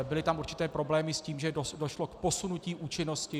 Byly tam určité problémy s tím, že došlo k posunutí účinnosti.